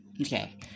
Okay